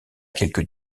quelques